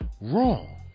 wrong